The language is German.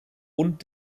und